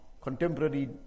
contemporary